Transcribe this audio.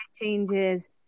changes